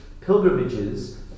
pilgrimages